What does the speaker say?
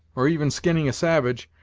or even skinning a savage,